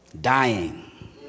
Dying